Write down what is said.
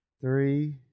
Three